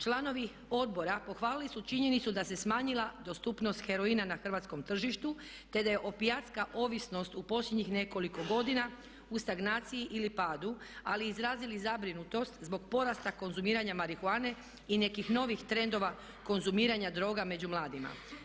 Članovi odbora pohvalili su činjenicu da se smanjila dostupnost heroina na hrvatskom tržištu te da je opijatska ovisnost u posljednjih nekoliko godina u stagnaciji ili padu, ali izrazili zabrinutost zbog porasta konzumiranja marihuane i nekih novih trendova konzumiranja droga među mladima.